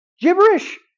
Gibberish